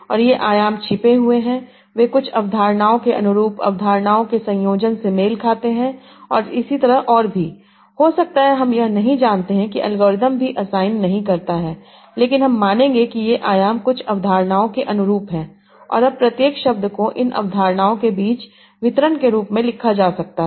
और ये आयाम छिपे हुए हैं वे कुछ अवधारणाओं के अनुरूप अवधारणाओं के संयोजन से मेल खाते हैं और इसी तरह और भी हो सकता है हम यह नहीं जानते कि एल्गोरिथ्म भी असाइन नहीं करता है लेकिन हम मानेंगे कि ये आयाम कुछ अवधारणाओं के अनुरूप हैं और अब प्रत्येक शब्द को इन अवधारणाओं के बीच वितरण के रूप में लिखा जा सकता है